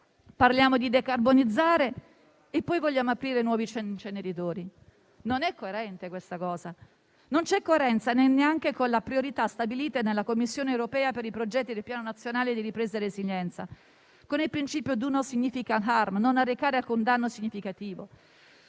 parliamo di decarbonizzare e poi vogliamo aprire nuovi inceneritori? Tutto ciò non è coerente. Non c'è coerenza neanche con le priorità stabilite dalla Commissione europea per i progetti del Piano nazionale di ripresa e resilienza, con il principio *do no significant harm* (non arrecare alcun danno significativo).